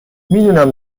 میدونم